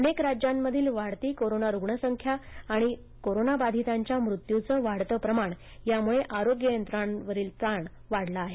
अनेक राज्यामधील वाढती कोरोना रुग्णसंख्या आणि कोरोनाबाधितांच्या मृत्यूचं वाढतं प्रमाण यामुळे आरोग्य यंत्रणांवरील ताण वाढला आहे